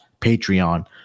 Patreon